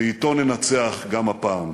ואתו ננצח גם הפעם.